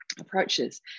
approaches